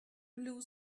blue